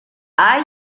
hay